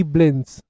Blends